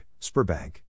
Spurbank